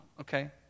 okay